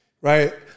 right